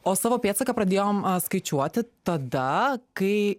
o savo pėdsaką pradėjom skaičiuoti tada kai